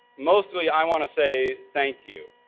mostly, i want to say thank you.